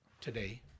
today